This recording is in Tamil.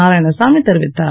நாரயாணசாமி தெரிவித்தார்